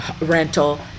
rental